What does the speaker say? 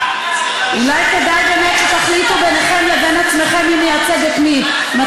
אולי כדאי באמת שתחליטו ביניכם לבין עצמכם מי מייצג את מי.